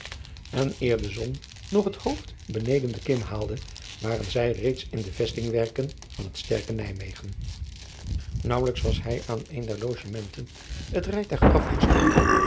en eer de zon nog het hoofd beneden de kim haalde waren zij reeds in de vestingwerken van het sterke ijmegen aauwelijks was hij aan een der ogementen het rijtuig afgestapt